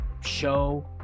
show